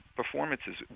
performances